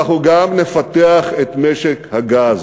אנחנו גם נפתח את משק הגז.